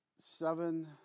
seven